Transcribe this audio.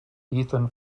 ethan